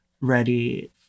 ready